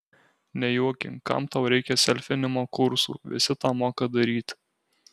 nejuokink kam tau reikia selfinimo kursų visi tą moka daryt